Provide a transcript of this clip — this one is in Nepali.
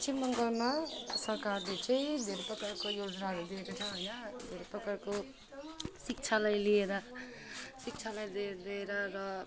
पश्चिम बङ्गालमा सरकारले चाहिँ धेरै प्रकारको योजनाहरू दिएको छ होइन धेरै प्रकारको शिक्षालाई लिएर शिक्षालाई ले लिएर र